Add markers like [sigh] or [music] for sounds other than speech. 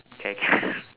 okay [laughs]